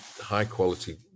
high-quality